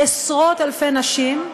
עשרות אלפי נשים,